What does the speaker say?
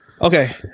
Okay